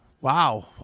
wow